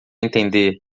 entender